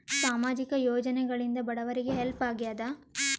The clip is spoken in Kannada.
ಸಾಮಾಜಿಕ ಯೋಜನೆಗಳಿಂದ ಬಡವರಿಗೆ ಹೆಲ್ಪ್ ಆಗ್ಯಾದ?